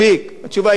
התשובה היא כן,